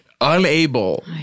Unable